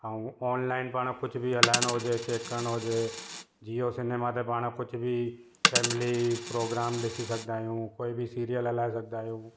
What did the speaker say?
ऐं ऑनलाइन पाण कुझु बि हलाइण हुजे चेक करणो हुजे जीओ सिनेमा त पाण कुझु बि फैमिली प्रोग्राम ॾिसी सघंदा आहियूं कोई बि सीरियल हलाए सघंदा आहियो